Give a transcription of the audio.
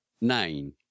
Nine